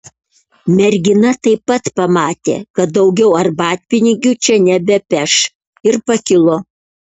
mergina taip pat pamatė kad daugiau arbatpinigių čia nebepeš ir pakilo